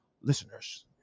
listeners